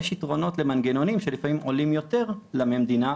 יש יתרונות למנגנונים שלפעמים עולים יותר למדינה,